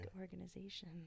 organization